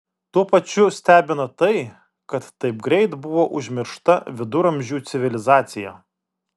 tuo pačiu stebina tai kad taip greit buvo užmiršta viduramžių civilizacija